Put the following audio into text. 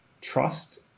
trust